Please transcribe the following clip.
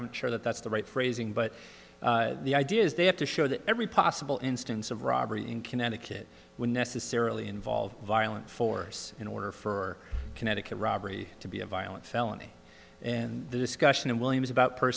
not sure that that's the right phrasing but the idea is they have to show that every possible instance of robbery in connecticut would necessarily involve violent force in order for connecticut robbery to be a violent felony and the discussion in williams about per